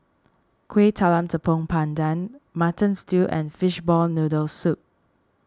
Kuih Talam Tepong Pandan Mutton Stew and Fishball Noodle Soup